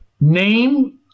Name